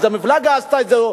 איזה מפלגה עשתה את זה,